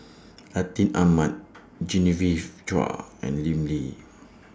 Atin Amat Genevieve Chua and Lim Lee